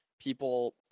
people